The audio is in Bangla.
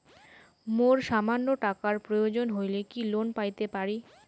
মোর সামান্য টাকার প্রয়োজন হইলে কি লোন পাইতে পারি?